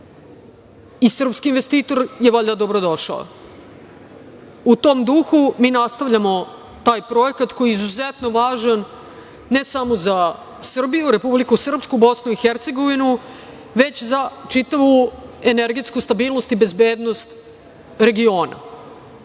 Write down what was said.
i srpski investitor je valjda dobrodošao.U tom duhu mi nastavljamo taj projekat koji je izuzetno važan ne samo za Srbiju, Republiku Srpsku, Bosnu i Hercegovinu, već za čitavu energetsku stabilnost i bezbednost regiona